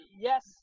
yes